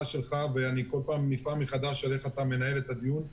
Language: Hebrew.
שלך ואני כל פעם נפעם מחדש מאיך אתה מנהל את הדיון,